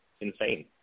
insane